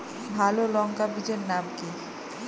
ভালো লঙ্কা বীজের নাম কি?